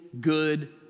good